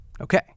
Okay